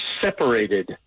separated